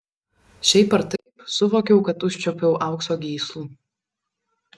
šiaip ar taip suvokiau kad užčiuopiau aukso gyslų